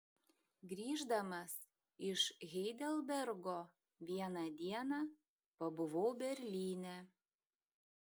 grįždamas iš heidelbergo vieną dieną pabuvau berlyne